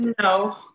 No